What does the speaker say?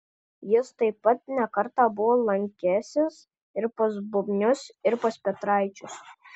jis taip pat ne kartą buvo lankęsis ir pas bubnius ir pas petraičius